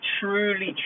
truly